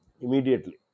immediately